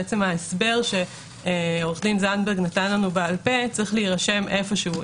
ההסבר שעו"ד זנדברג נתן לנו בעל פה צריך להירשם איפשהו,